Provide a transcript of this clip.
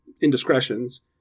indiscretions